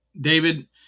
David